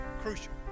crucial